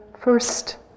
first